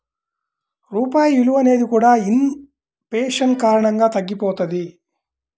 రూపాయి విలువ అనేది కూడా ఇన్ ఫేషన్ కారణంగా తగ్గిపోతది